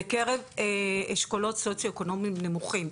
בקרב אשכולות סוציו-אקונומים נמוכים,